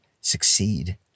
succeed